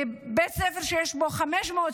בבית ספר שיש בו 500,